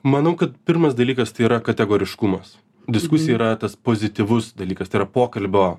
manau kad pirmas dalykas tai yra kategoriškumas diskusija yra tas pozityvus dalykas tai yra pokalbio